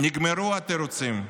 נגמרו התירוצים.